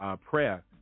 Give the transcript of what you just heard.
prayer